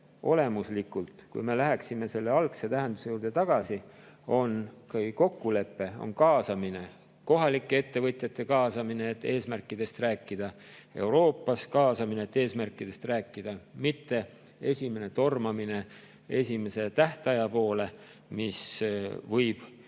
olemuslikult, kui me läheksime selle algse tähenduse juurde tagasi, on kokkulepe, kaasamine – kohalike ettevõtjate kaasamine, et eesmärkidest rääkida, Euroopas kaasamine, et eesmärkidest rääkida, mitte esimene tormamine esimese tähtaja poole, mis võib meie